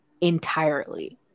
entirely